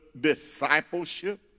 discipleship